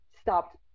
stopped